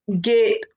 get